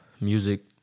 music